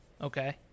okay